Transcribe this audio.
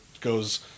goes